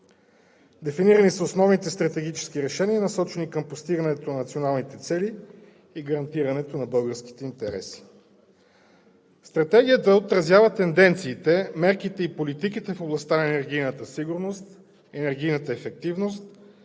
Дефинирани са основните стратегически решения, насочени към постигането на националните цели и гарантирането на българските интереси. Стратегията отразява тенденциите, мерките и политиките в областта на енергийната сигурност, енергийната ефективност,